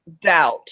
doubt